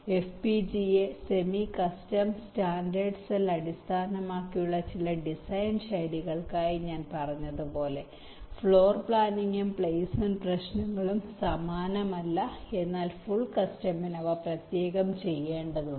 FPGA semi custom standard cell അടിസ്ഥാനമാക്കിയുള്ള ചില design ശൈലികൾക്കായി ഞാൻ പറഞ്ഞതുപോലെ ഫ്ലോർ പ്ലാനിംഗും പ്ലെയ്സ്മെന്റ് പ്രശ്നങ്ങളും സമാനമല്ല എന്നാൽ ഫുൾ കസ്റ്റമിനും അവ പ്രത്യേകം ചെയ്യേണ്ടതുണ്ട്